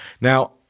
Now